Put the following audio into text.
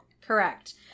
Correct